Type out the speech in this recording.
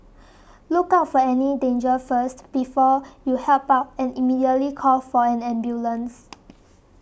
look out for any danger first before you help out and immediately call for an ambulance